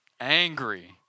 angry